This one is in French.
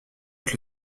avec